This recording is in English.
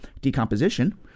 decomposition